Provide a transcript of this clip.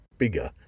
Bigger